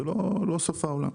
זה לא סוף העולם.